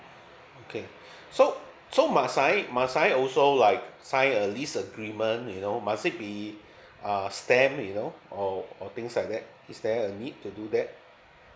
okay so so must I must I also like sign a lease agreement you know must it be err stamp you know or or things like that is there a need to do that